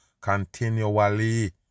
continually